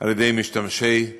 על ידי משתמשי הקצה.